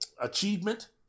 achievement